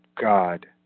God